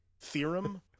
theorem